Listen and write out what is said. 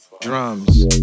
Drums